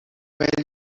ولی